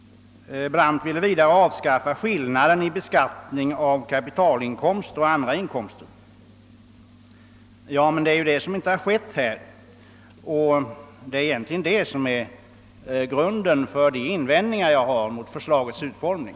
Herr Brandt ville vidare avskaffa skillnaden i beskattning av kapitalinkomst och andra inkomster. Ja, men det är ju det som inte har skett här, och det är det som är grunden till de invändningar jag har framställt mot förslagets utformning.